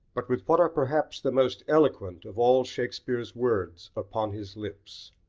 but with what are perhaps the most eloquent of all shakespeare's words upon his lips.